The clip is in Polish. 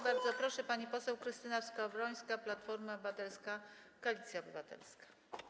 Bardzo proszę, pani poseł Krystyna Skowrońska, Platforma Obywatelska - Koalicja Obywatelska.